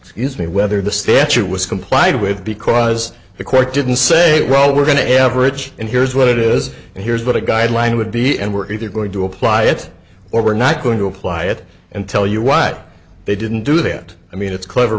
excuse me whether the statute was complied with because the court didn't say well we're going to average and here's what it is and here's what a guideline would be and we're either going to apply it or we're not going to apply it and tell you what they didn't do that i mean it's clever